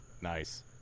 nice